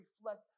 reflect